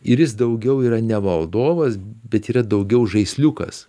ir jis daugiau yra ne valdovas bet yra daugiau žaisliukas